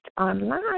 online